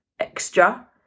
extra